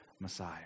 Messiah